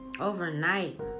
overnight